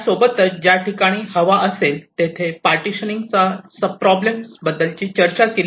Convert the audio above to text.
त्यासोबतच ज्या ठिकाणी हवा असेल तेथे पार्टीशनिंग चा सब प्रॉब्लेम बद्दल चर्चा केली